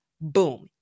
Boom